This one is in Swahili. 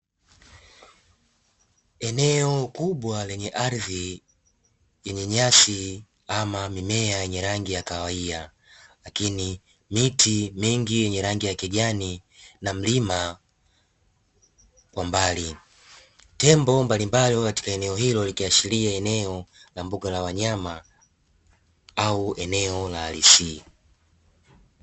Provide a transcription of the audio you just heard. Eneo kubwa lenye ardhi yenye nyasi ama mimea yenye rangi ya kahawia . lakini miti mingi yenye rangi ya kijani na mlima wa mbali ,tembo mbalimbali au katika eneo hilo likiashiria eneo la mboga la wanyama au eneo lahalisi.